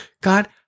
God